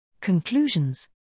Conclusions